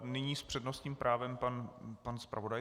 Nyní s přednostním právem pan zpravodaj.